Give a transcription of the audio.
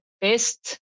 best